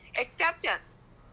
acceptance